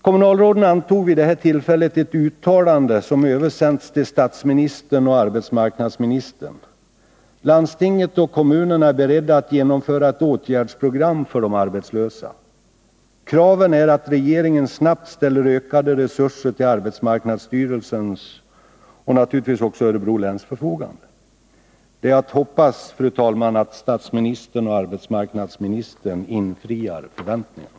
Kommunalråden antog vid det här tillfället ett uttalande, som översänts till statsministern och arbetsmarknadsministern. Landstinget och kommunerna är beredda att genomföra ett åtgärdsprogram för de arbetslösa. Kraven är att regeringen snabbt ställer ökade resurser till arbetsmarknadsstyrelsens och naturligtvis också till Örebro läns förfogande. Det är att hoppas, fru talman, att statsministern och arbetsmarknadsministern infriar förväntningarna.